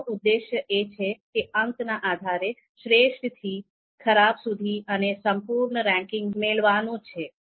આનો ઉદ્દેશ એ છે કે અંકના આધારે શ્રેષ્ઠ થી ખરાબ સુધી અને સંપૂર્ણ રેન્કિંગ મેળવાનું છે